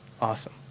Awesome